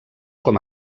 com